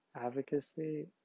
advocacy